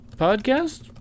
Podcast